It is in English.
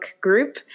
group